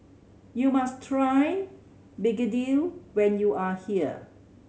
you must try begedil when you are here